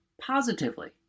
positively